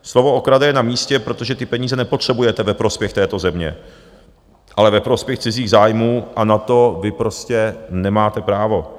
Slovo okrade je namístě, protože ty peníze nepotřebujete ve prospěch této země, ale ve prospěch cizích zájmů a na to vy prostě nemáte právo.